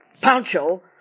Pancho